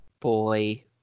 Boy